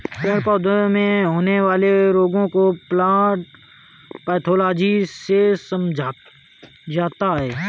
पेड़ पौधों में होने वाले रोगों को प्लांट पैथोलॉजी में समझा जाता है